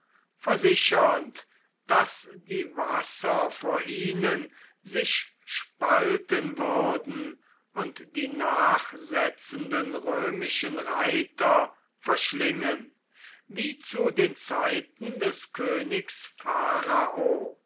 versichernd daß die wasser vor ihnen sich spalten würden und die nachsetzenden römischen reiter verschlingen wie zu den zeiten des königs pharao